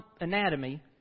anatomy